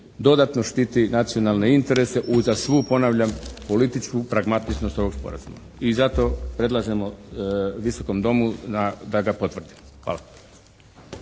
dodatno štiti nacionalne interese uza svu ponavljam političku pragmatičnost ovog sporazuma i zato predlažemo Visokom domu da ga potvrdi. Hvala.